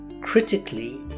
critically